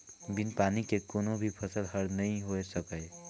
बिन पानी के कोनो भी फसल हर नइ होए सकय